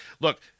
Look